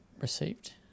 received